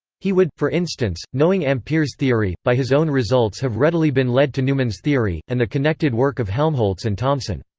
he would, for instance, knowing ampere's theory, by his own results have readily been led to neumann's theory, and the connected work of helmholtz and thomson.